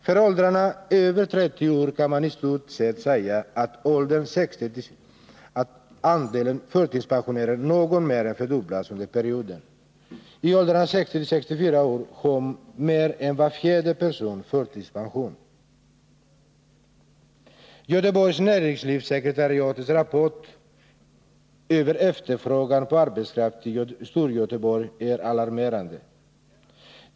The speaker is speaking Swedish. För åldrarna över 30 år kan man i stort sett säga att andelen förtidspensionärer något mer än fördubblats under perioden. I åldern 60-64 år har mer än var fjärde person förtidspension. Göteborgs näringslivssekretariats prognos över efterfrågan på arbetskraft i Storgöteborg är alarmerande.